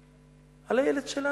על הילד שלנו,